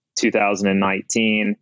2019